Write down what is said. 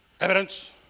Evidence